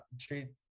treat